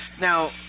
now